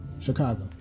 Chicago